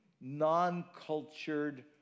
non-cultured